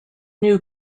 new